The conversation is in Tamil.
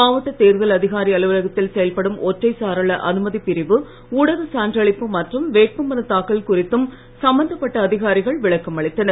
மாவட்ட தேரதல் அதிகாரி அலுவலகத்தில் செயல்படும் ஒற்றைச்சாளர அனுமதிப் பிரிவு ஊடகச் சான்றளிப்பு மற்றும் வேட்புமனு தாக்கல் குறித்தும் சம்பந்தப்பட்ட அதிகாரிகள் விளக்கம் அளித்தனர்